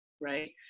right